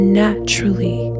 naturally